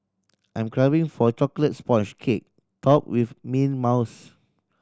I'm craving for a chocolate sponge cake top with mint mouse